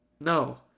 No